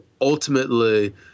ultimately